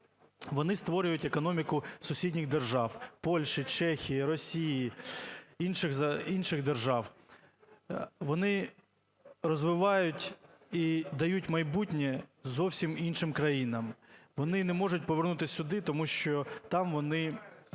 вони створюють економіку сусідніх держав: Польщі, Чехії, Росії, інших держав. Вони розвивають і дають майбутнє зовсім іншим країнам, вони не можуть повернутись сюди, тому що там вони